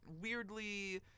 weirdly